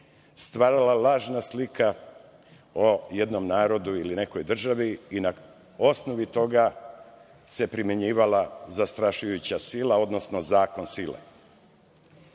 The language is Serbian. stvarala lažna slika o jednom narodu ili nekoj državi i na osnovi toga se primenjivala zastrašujuća sila, odnosno zakon